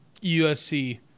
USC